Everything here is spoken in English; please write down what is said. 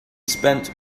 spent